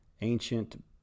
ancient